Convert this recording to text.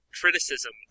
criticism